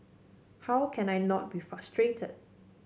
how can I not be frustrated